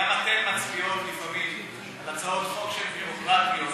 גם אתן מצביעות לפעמים על הצעות חוק שהן ביורוקרטיות,